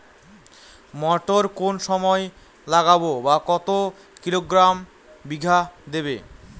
মটর কোন সময় লাগাবো বা কতো কিলোগ্রাম বিঘা দেবো?